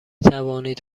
توانید